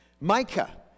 Micah